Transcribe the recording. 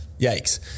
yikes